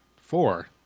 Four